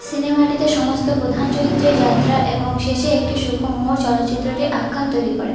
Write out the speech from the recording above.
সিনেমাটিতে সমস্ত প্রধান চরিত্রের যাত্রা এবং শেষে একটি সূক্ষ্ম মোড় চলচ্চিত্রটির আখ্যান তৈরি করে